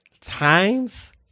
times